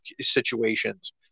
situations